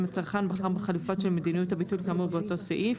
אם הצרכן בחר בחלופה של מדיניות הביטול כאמור באותו סעיף,